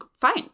fine